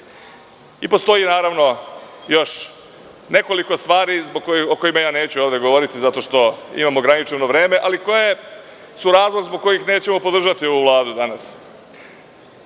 greška. Postoji još nekoliko stvari o kojima neću ovde govoriti zato što imam ograničeno vreme, ali koje su razlog zbog kojih nećemo podržati ovu Vladu